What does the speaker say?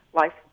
Life